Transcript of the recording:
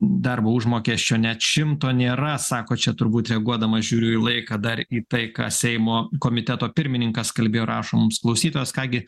darbo užmokesčio net šimto nėra sako čia turbūt reaguodamas žiūriu į laiką dar į tai ką seimo komiteto pirmininkas kalbėjo rašo mums klausytojas ką gi